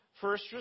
first